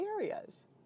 areas